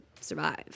survive